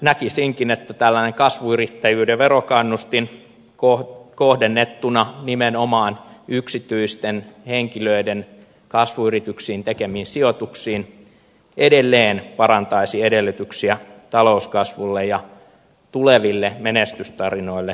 näkisinkin että tällainen kasvuyrittäjyyden verokannustin kohdennettuna nimenomaan yksityisten henkilöiden kasvuyrityksiin tekemiin sijoituksiin edelleen parantaisi edellytyksiä talouskasvulle ja tuleville menestystarinoille suomesta